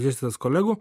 išdėstytas kolegų